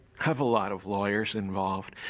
have a lot of lawyers involved.